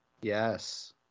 Yes